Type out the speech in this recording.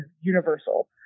universal